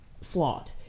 flawed